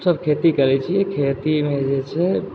हमसब खेती करै छी खेतीमे जे छै